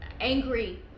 angry